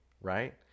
right